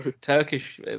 Turkish